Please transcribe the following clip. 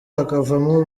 hakavamo